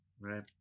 Right